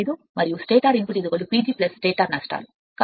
05 మరియు stator input P G stator నష్టాలు